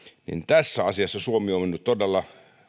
tässä asiassa suomi on mennyt todella